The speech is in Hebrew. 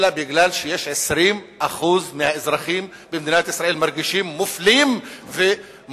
אלא כי 20% מהאזרחים במדינת ישראל מרגישים מופלים ומודרים,